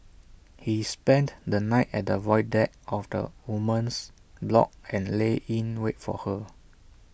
he spent the night at the void deck of the woman's block and lay in wait for her